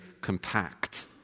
compact